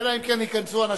אלא אם כן ייכנסו אנשים.